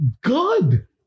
good